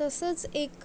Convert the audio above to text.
तसंच एक